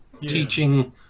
teaching